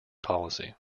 policy